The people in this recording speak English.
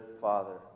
Father